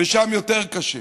ושם יותר קשה.